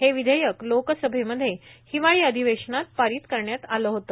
हे विधेयक लोकसभेमध्ये हिवाळी अधिवेशनात पारित करण्यात आलं होते